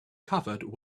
covered